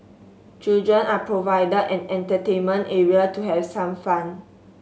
children are provided an entertainment area to have some fun